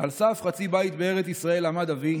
"על סף חצי בית בארץ ישראל / עמד אבי